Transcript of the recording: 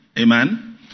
Amen